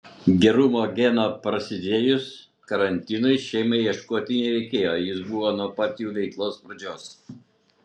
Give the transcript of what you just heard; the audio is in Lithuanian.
gerumo geno prasidėjus karantinui šeimai ieškoti nereikėjo jis buvo nuo pat jų veiklos pradžios